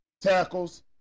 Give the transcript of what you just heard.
tackles